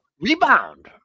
Rebound